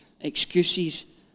excuses